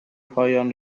پایان